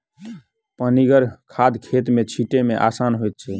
पनिगर खाद खेत मे छीटै मे आसान होइत छै